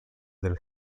del